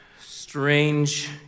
strange